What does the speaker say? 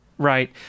right